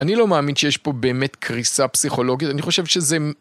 אני לא מאמין שיש פה באמת קריסה פסיכולוגית, אני חושב שזה מ...